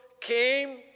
came